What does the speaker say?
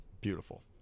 Beautiful